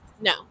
no